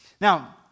Now